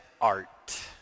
art